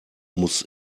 muss